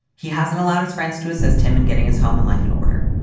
he hasn't allowed his friends to assist him in getting his home in life in order.